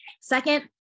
Second